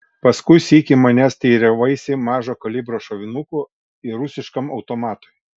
paskui sykį manęs teiravaisi mažo kalibro šovinukų ir rusiškam automatui